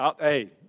Hey